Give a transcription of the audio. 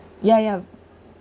ya ya